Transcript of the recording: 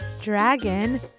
dragon